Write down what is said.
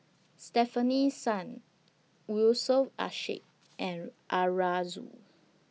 Stefanie Sun Yusof Ishak and Arasu